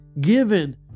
given